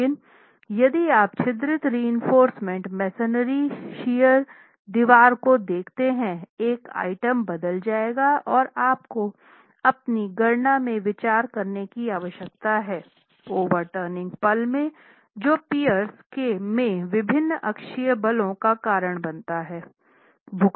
लेकिन यदि आप छिद्रित रीइनफोर्रस मसोनरी शियर दीवार को देखते हैं एक आइटम बदल जाएगा और आपको अपनी गणना में विचार करने की आवश्यकता है ओवर टर्निंग पल में जो पियर्स में विभिन्न अक्षीय बलों का कारण बनता है